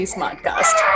Smartcast।